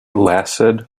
lasted